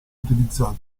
utilizzata